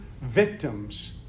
victims